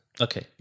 Okay